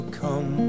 come